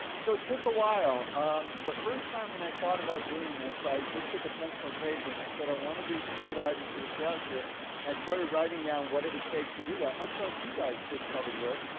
so, it took a while. um the first time, when i thought about doing this, i just took a pencil and paper and i said, i wanna do scuba diving for the stratosphere and i started writing down what it would take to do that, much like you guys would, probably would.